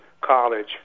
college